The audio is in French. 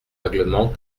règlement